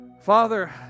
Father